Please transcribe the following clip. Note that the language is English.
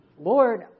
Lord